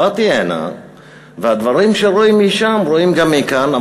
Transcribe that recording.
באתי הנה והדברים שרואים משם רואים גם מכאן,